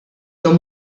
jew